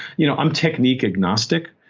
you know i'm technique agnostic,